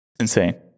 Insane